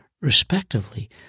respectively